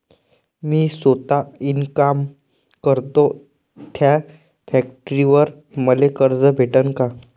मी सौता इनकाम करतो थ्या फॅक्टरीवर मले कर्ज भेटन का?